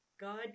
God